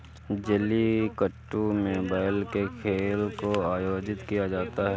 जलीकट्टू में बैल के खेल को आयोजित किया जाता है